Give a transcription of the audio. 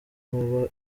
hoba